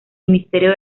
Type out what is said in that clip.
ministerio